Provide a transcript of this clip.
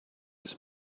his